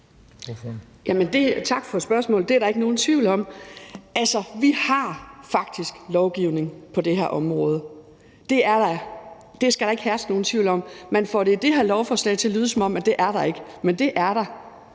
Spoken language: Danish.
Tak for spørgsmålet. Det er der ikke nogen tvivl om. Altså, vi har faktisk lovgivning på det her område; det skal der ikke herske nogen tvivl om. Man får det i det her lovforslag til at lyde, som om der ikke er det, men det er der.